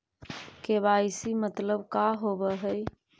KYC मतलब का होव हइ?